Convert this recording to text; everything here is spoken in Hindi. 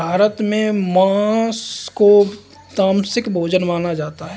भारत में माँस को तामसिक भोजन माना जाता है